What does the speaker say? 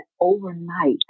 overnight